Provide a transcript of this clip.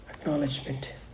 acknowledgement